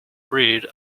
bread